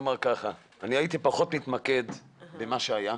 הייתי מתמקד פחות במה שהיה,